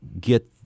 get